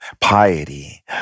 piety